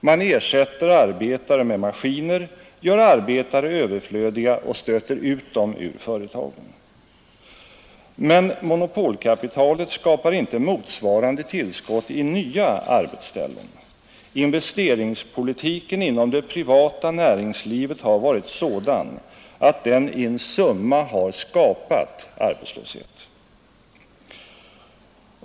Man ersätter arbetare med maskiner, gör arbetare överflödiga och stöter ut dem ur företagen. Men monopolkapitalet skapar inte motsvarande tillskott i nya arbetsställen, Investeringspolitiken inom det privata näringslivet har varit sådan att den in summa skapat arbetslöshet.